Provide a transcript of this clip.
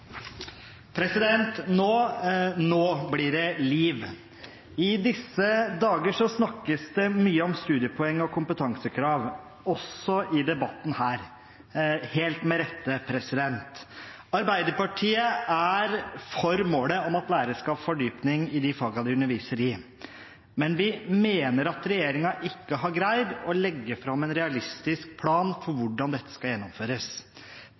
Nå «bli det liv». I disse dager snakkes det mye om studiepoeng og kompetansekrav, også i debatten her, helt med rette. Arbeiderpartiet er for målet om at lærere skal ha fordypning i de fagene de underviser i, men vi mener at regjeringen ikke har greid å legge fram en realistisk plan for hvordan dette skal gjennomføres.